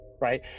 right